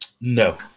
No